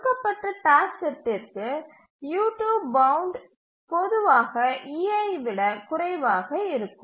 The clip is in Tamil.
கொடுக்கப்பட்ட டாஸ்க் செட்டிற்கு u2 பவுண்ட் பொதுவாக e1 ஐ விட குறைவாக இருக்கும்